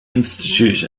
institute